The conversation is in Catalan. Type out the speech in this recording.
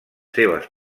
seves